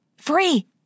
Free